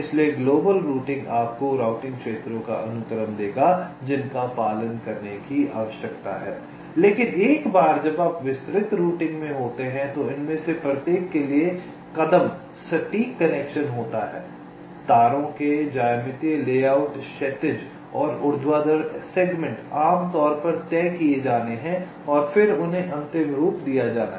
इसलिए global routing आपको routing क्षेत्रों का अनुक्रम देगा जिनका पालन करने की आवश्यकता है लेकिन एक बार जब आप विस्तृत रूटिंग में होते हैं तो इनमें से प्रत्येक के लिए कदम सटीक कनेक्शन होता है तारों के ज्यामितीय लेआउट क्षैतिज और ऊर्ध्वाधर सेगमेंट आम तौर पर तय किए जाने हैं या फिर उन्हें अंतिम रूप दिया जाना है